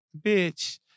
Bitch